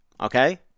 Okay